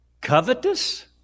Covetous